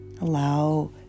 allow